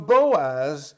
Boaz